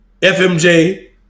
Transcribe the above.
FMJ